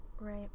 Right